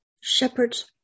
shepherd's